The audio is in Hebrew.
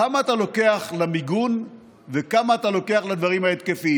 כמה אתה לוקח למיגון וכמה אתה לוקח לדברים ההתקפיים,